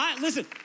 Listen